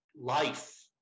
Life